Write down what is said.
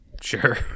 Sure